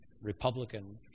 Republican